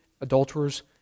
adulterers